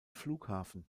flughafen